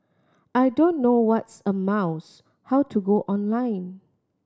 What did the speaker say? I don't know what's a mouse how to go online